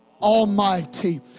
Almighty